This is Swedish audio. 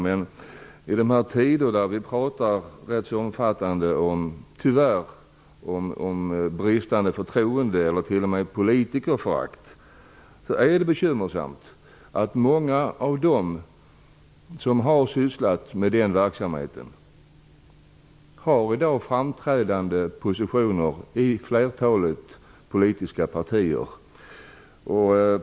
Men i tider när vi tyvärr talar om ganska omfattande förtroende och t.o.m. politikerförakt är det bekymmersamt att många av dem som sysslat med denna verkamhet i dag har framträdande positioner i flertalet politiska partier.